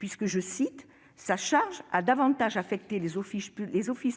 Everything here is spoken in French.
puisque sa charge a davantage affecté les offices